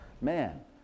man